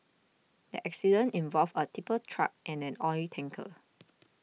the accident involved a tipper truck and an oil tanker